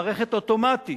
מערכת אוטומטית,